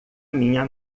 minha